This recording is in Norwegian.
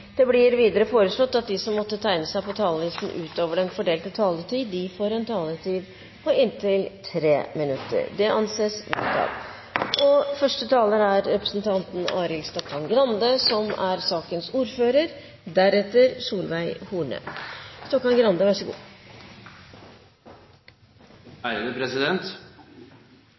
Videre blir det foreslått at de som måtte tegne seg på talerlisten utover den fordelte taletid, får en taletid på inntil 3 minutter. – Det anses vedtatt. Pasientenes autonomi og menneskerettighetene er viktige og grunnleggende prinsipper innenfor all behandling. Innenfor psykisk helsevern er